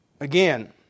again